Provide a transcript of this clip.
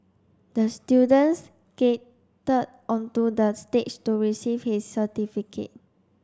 the student skated onto the stage to receive his certificate